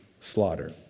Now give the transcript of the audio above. slaughter